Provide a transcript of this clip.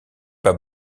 pas